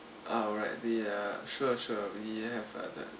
alright the uh sure sure we have uh that